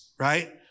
Right